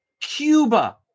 Cuba